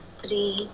three